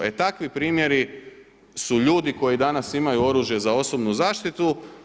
E takvi primjeri su ljudi koji danas imaju oružje za osobnu zaštitu.